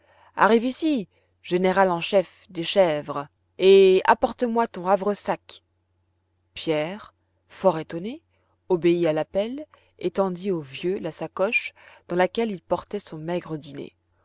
arrive ici général en chef des chèvres et apporte moi ton havresac pierre fort étonné obéit à l'appel et tendit au vieux la sacoche dans laquelle il portait son maigre dîner